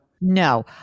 No